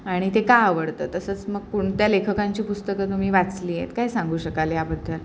आणि ते का आवडतं तसंच मग कोणत्या लेखकांची पुस्तकं तुम्ही वाचली आहेत काय सांगू शकाल याबद्दल